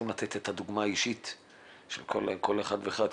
לתת את הדוגמה האישית של כל אחד ואחד.